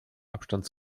abstand